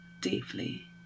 deeply